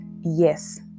yes